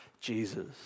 Jesus